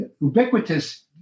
ubiquitous